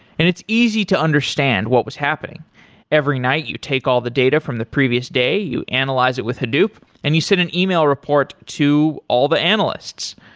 and it's easy to understand what was happening every night you take all the data from the previous day, you analyze it with hadoop and you send an e-mail report to all the analysts.